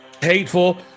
hateful